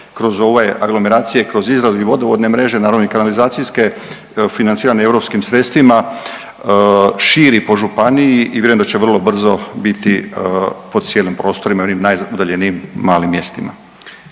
kroz ove aglomeracije, kroz izradu i vodovodne mreže, naravno i kanalizacijske, financirane europskim sredstvima, širi po županiji i vjerujem da će vrlo brzo biti po cijelim prostorima i onim najudaljenijim malim mjestima.